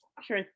Sure